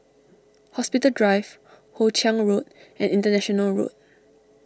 Hospital Drive Hoe Chiang Road and International Road